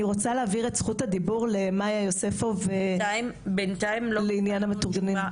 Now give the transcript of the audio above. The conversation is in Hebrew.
אני רוצה להעביר את זכות הדיבור למאיה יוספוב לעניין המתורגמנים.